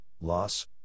loss